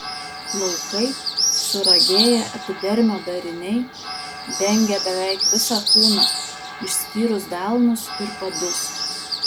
plaukai suragėję epidermio dariniai dengia beveik visą kūną išskyrus delnus ir padus